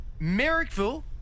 Merrickville